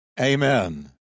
Amen